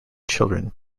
children